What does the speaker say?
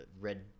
Red